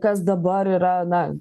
kas dabar yra na